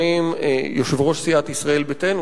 יושב-ראש סיעת ישראל ביתנו.